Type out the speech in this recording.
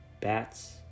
Bats